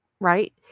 Right